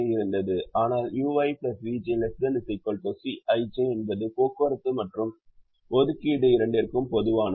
ஆனால் ui vj ≤ Cij என்பது போக்குவரத்து மற்றும் ஒதுக்கீடு இரண்டிற்கும் பொதுவானது